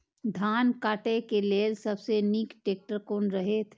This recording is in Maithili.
धान काटय के लेल सबसे नीक ट्रैक्टर कोन रहैत?